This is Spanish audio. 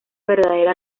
verdadera